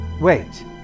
Wait